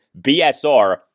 BSR